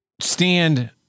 stand